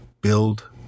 Build